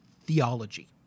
theology